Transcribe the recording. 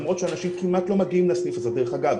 למרות שאנשים כמעט לא מגיעים לסניף הזה - דרך אגב,